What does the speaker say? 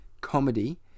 comedy